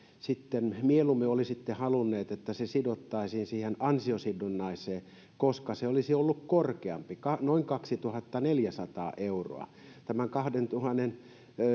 sitten mieluummin olisitte halunneet että se sidottaisiin siihen ansiosidonnaiseen koska se olisi ollut korkeampi noin kaksituhattaneljäsataa euroa tämän kahdentuhannensadan